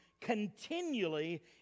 continually